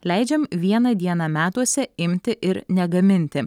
leidžiam vieną dieną metuose imti ir negaminti